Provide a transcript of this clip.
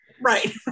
Right